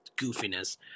goofiness